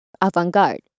avant-garde